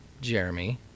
Jeremy